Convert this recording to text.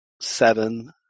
seven